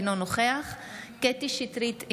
אינו נוכח קטי קטרין שטרית,